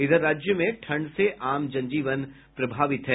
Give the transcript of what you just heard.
इधर राज्य में ठंड से आम जनजीवन प्रभावित है